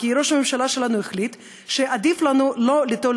כי ראש הממשלה שלנו החליט שעדיף לנו לא ליטול